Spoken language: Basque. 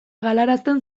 galarazten